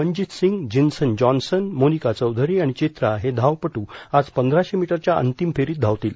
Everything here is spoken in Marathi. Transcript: मनजीत सिंग जिन्सन जॉन्सन मोनिका चौधरी आणि चित्रा हे धावपटू आज पंधराशे मीटरच्या अंतिम फेरीत धावतील